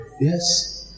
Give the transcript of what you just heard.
yes